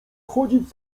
chodzić